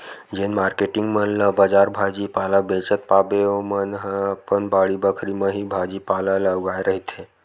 जेन मारकेटिंग मन ला बजार भाजी पाला बेंचत पाबे ओमन ह अपन बाड़ी बखरी म ही भाजी पाला ल उगाए रहिथे